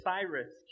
Cyrus